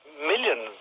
millions